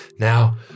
Now